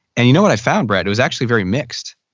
and you know what i found brett, it was actually very mixed.